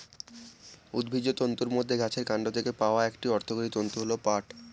উদ্ভিজ্জ তন্তুর মধ্যে গাছের কান্ড থেকে পাওয়া একটি অর্থকরী তন্তু হল পাট